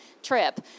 trip